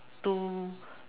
two